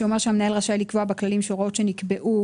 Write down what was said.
שאומר: המנהל רשאי לקבוע בכללים שהוראות שנקבעו,